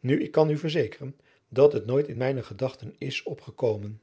nu ik kan u verzekeren dat het nooit in mijne gedachten is opgekomen